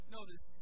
Notice